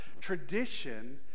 tradition